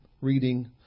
reading